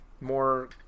more